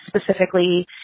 specifically